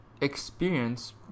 experience